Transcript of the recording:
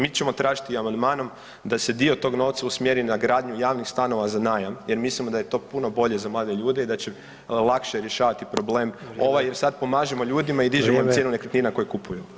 Mi ćemo tražiti i amandmanom da se dio tog novca usmjeri na gradnju javnih stanova za najam jer mislimo da je to puno bolje za mlade ljude i da će lakše rješavati problem jer sada pomažemo ljudima i dižemo cijenu nekretnina koje kupuju.